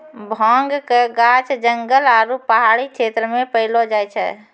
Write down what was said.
भांगक गाछ जंगल आरू पहाड़ी क्षेत्र मे पैलो जाय छै